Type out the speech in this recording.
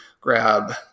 grab